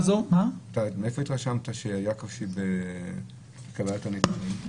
איפה התרשמת שהיה קושי בקבלת הנתונים?